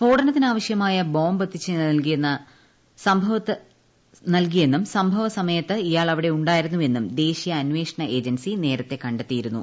സ്ഫോടനത്തിന് ആവ്ശ്യമായ ബോംബ് എത്തിച്ചു നൽകിയെന്നും സംഭവ ക്രിമയ്ത്ത് ഇയാൾ അവിടെ ഉണ്ടായിരുന്നുവെന്നു് ദേശീയ അന്വേഷണ ഏജൻസി നേരത്തെ കണ്ടെത്തിയിരുന്നു